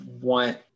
want